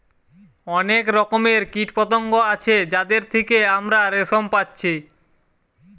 অনেক রকমের কীটপতঙ্গ আছে যাদের থিকে আমরা রেশম পাচ্ছি